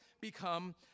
become